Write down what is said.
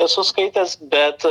esu skaitęs bet